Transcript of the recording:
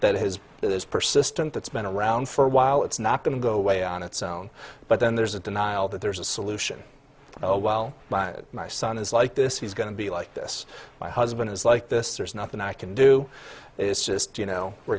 that has this persistent that's been around for awhile it's not going to go away on its own but then there's a denial that there is a solution oh well my son is like this he's going to be like this my husband is like this there's nothing i can do is just you know we're